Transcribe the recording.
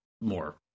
more